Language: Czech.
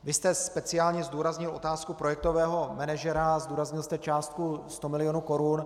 Vy jste speciálně zdůraznil otázku projektového manažera a zdůraznil jste částku 100 mil. korun.